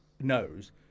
knows